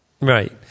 Right